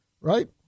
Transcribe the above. Right